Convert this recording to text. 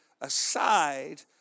aside